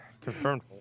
Confirmed